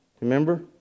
Remember